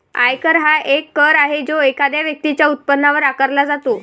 आयकर हा एक कर आहे जो एखाद्या व्यक्तीच्या उत्पन्नावर आकारला जातो